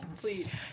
please